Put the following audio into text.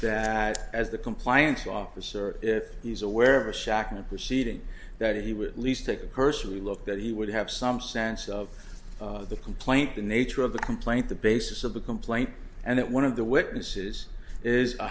that as the compliance officer he was aware of a shock and proceeding that he would at least take a cursory look that he would have some sense of the complaint the nature of the complaint the basis of the complaint and that one of the witnesses is a